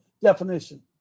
Definition